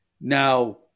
now